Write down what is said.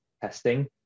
testing